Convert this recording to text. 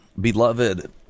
beloved